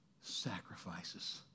sacrifices